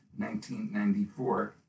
1994